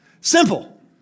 Simple